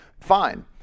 fine